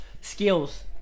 Skills